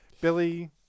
Billy